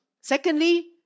Secondly